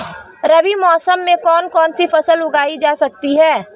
रबी मौसम में कौन कौनसी फसल उगाई जा सकती है?